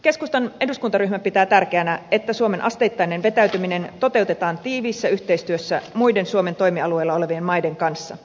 keskustan eduskuntaryhmä pitää tärkeänä että suomen asteittainen vetäytyminen toteutetaan tiiviissä yhteistyössä muiden suomen toimialueella olevien maiden kanssa